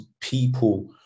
people